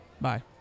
Bye